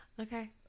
Okay